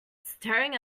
staring